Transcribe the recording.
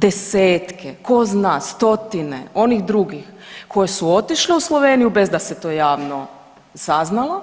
Desetke, tko zna, stotine onih drugih koje su otišle u Sloveniju bez da se to javno saznalo,